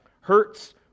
Hurts